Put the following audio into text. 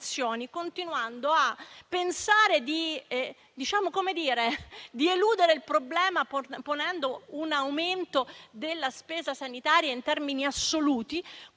continuando a pensare di eludere il problema con un aumento della spesa sanitaria in termini assoluti,